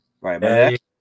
Right